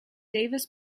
davis